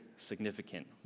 significant